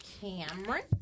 Cameron